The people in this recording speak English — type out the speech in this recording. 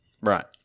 right